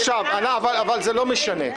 זה לא משנה.